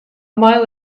mile